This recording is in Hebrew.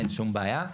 אין שום בעיה.